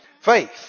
Faith